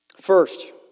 First